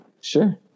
Sure